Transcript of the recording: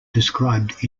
described